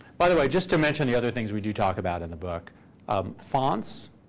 by the way, just to mention the other things we do talk about in the book um fonts,